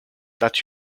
that